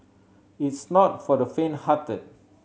it's not for the fainthearted